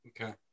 Okay